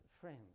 Friends